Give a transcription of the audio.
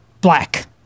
black